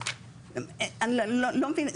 אני לא מבינה.